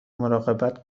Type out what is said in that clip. مراقبت